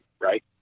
right